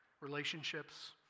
Relationships